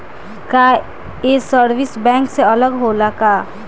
का ये service bank से अलग होला का?